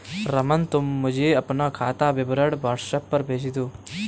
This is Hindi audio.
रमन, तुम मुझे अपना खाता विवरण व्हाट्सएप पर भेज दो